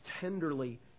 tenderly